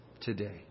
today